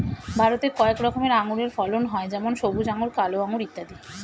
ভারতে কয়েক রকমের আঙুরের ফলন হয় যেমন সবুজ আঙুর, কালো আঙুর ইত্যাদি